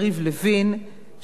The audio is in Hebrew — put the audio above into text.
הניחו הצעת חוק חדשה.